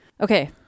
Okay